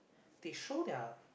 they show their